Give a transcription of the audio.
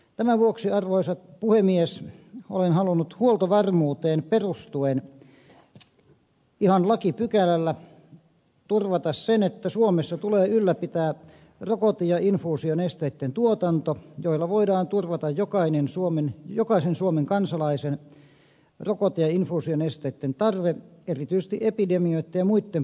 tämän vuoksi arvoisa puhemies olen halunnut huoltovarmuuteen perustuen ihan lakipykälällä turvata sen että suomessa tulee ylläpitää rokote ja infuusionesteitten tuotanto jolla voidaan turvata jokaisen suomen kansalaisen rokote ja infuusionesteitten tarve erityisesti epidemioitten ja muitten poikkeusolojen aikana